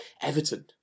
Everton